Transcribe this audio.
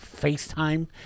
FaceTime